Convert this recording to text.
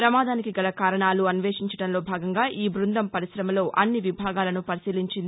పమాదానికి గల కారణాలు అన్వేషించడంలో భాగంగా ఈ బృందం పర్కికమలో అన్ని విభాగాలను పరిశీలించింది